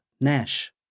Nash